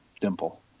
dimple